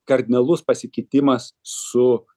kardinalus pasikeitimas su